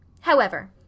However